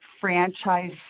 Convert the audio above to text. franchise